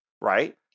right